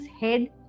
head